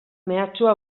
mehatxua